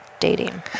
dating